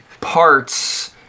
parts